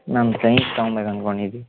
ನಾನು ಸೈನ್ಸ್ ತಗೊಳ್ಬೇಕು ಅನ್ಕೊಂಡಿದ್ದೆ